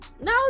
no